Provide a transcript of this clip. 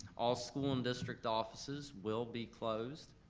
all school and district offices will be closed.